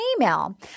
email